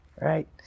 Right